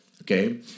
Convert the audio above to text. okay